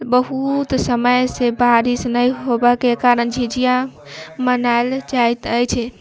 बहुत समयसँ बारिश नहि होबऽके कारण झिझिया मनायल जाइत अछि